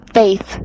faith